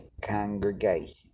congregation